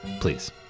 please